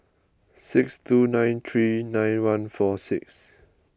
six two nine three nine one four six